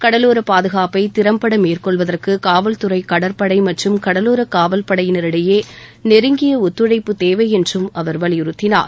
கடலோரப் பாதுகாப்பை திறம்பட மேற்கொள்வதற்கு காவல்துறை கடற்படை மற்றும் கடலோரக் காவல் படையினரிடையே நெருங்கிய ஒத்துழைப்புத் தேவை என்றும் அவர் வலியுறுத்தினார்